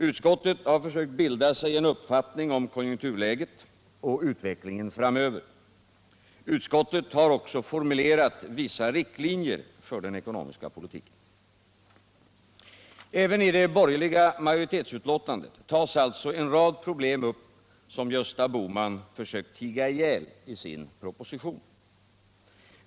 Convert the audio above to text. Utskottet har försökt bilda sig en uppfattning om konjunkturläget och utvecklingen framöver. Utskottet har också formulerat vissa riktlinjer för den ekonomiska politiken. Även i det borgerliga majoritetsbetänkandet tas alltså en rad problem 1S upp som Gösta Bohman försökt tiga ihjäl i sin proposition.